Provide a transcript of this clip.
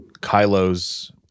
Kylo's